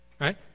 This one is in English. right